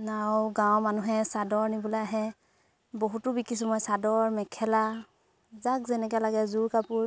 নাও গাঁৱৰ মানুহে চাদৰ নিবলে আহে বহুতো বিকিছোঁ মই চাদৰ মেখেলা যাক যেনেকে লাগে যোৰ কাপোৰ